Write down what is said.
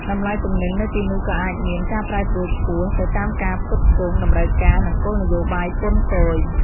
តម្លៃទំនិញនៅទីនោះក៏អាចមាន ការប្រែប្រួលខ្ពស់ ទៅតាមការផ្គត់ផ្គង់ តម្រូវការ និងគោលនយោបាយពន្ធគយ។